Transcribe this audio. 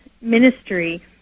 ministry